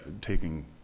taking